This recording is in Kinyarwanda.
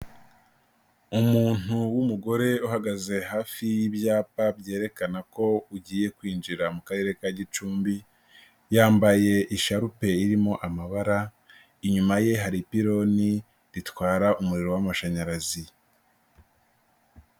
Umuntu w'umugore uhagaze hafi y'ibyapa byerekana ko ugiye kwinjira mu karere ka Gicumbi, yambaye isharupe irimo amabara, inyuma ye hari ipironi ritwara umuriro w'amashanyarazi.